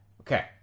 Okay